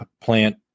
plant